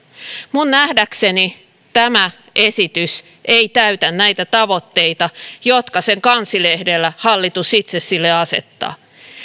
minun nähdäkseni tämä esitys ei täytä näitä tavoitteita jotka sen kansilehdellä hallitus itse sille asettaa